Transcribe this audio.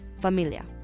familia